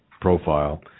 profile